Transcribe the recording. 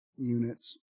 units